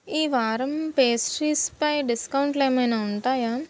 ఈ వారం పేస్ట్రీస్పై డిస్కౌంట్లు ఏమైనా ఉంటాయా